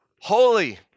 holy